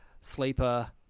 Sleeper